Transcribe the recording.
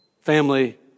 family